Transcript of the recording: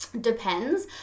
depends